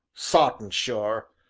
sartin sure.